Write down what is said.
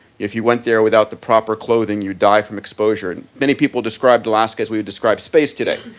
if you went there without the proper clothing you died from exposure. many people described alaska as we would describe space today.